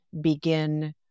begin